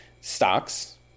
stocks